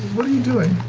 what are you doing?